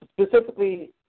Specifically